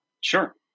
Sure